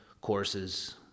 courses